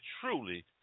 truly